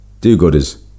do-gooders